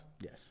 Yes